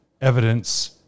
evidence